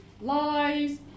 lies